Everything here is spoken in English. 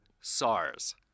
SARS